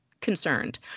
concerned